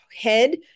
head